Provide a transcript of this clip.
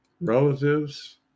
relatives